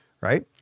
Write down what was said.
right